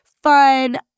fun